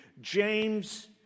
James